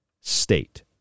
state